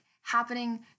happening